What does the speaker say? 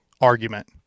argument